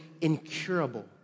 incurable